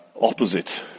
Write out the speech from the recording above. opposite